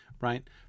Right